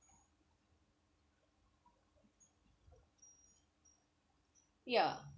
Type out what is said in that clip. ya